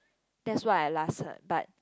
that's what I last heard but